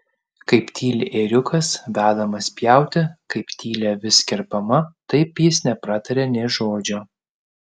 kaip tyli ėriukas vedamas pjauti kaip tyli avis kerpama taip jis nepratarė nė žodžio